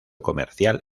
comercial